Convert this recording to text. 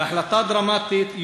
בהחלטה דרמטית,